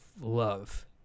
love